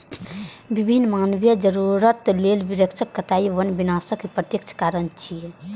विभिन्न मानवीय जरूरत लेल वृक्षक कटाइ वन विनाशक प्रत्यक्ष कारण छियै